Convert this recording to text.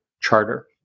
charter